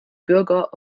bürger